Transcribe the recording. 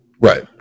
Right